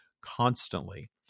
constantly